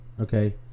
okay